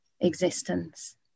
existence